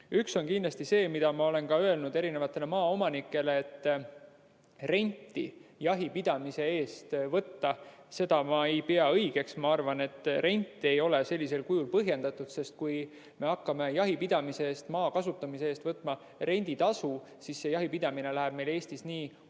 Üks on kindlasti see, mida ma olen öelnud ka maaomanikele, et rendi võtmist jahipidamise eest ma ei pea õigeks. Ma arvan, et rent ei ole sellisel kujul põhjendatud, sest kui me hakkame jahipidamise eest ja maa kasutamise eest võtma renditasu, siis läheb jahipidamine meil Eestis nii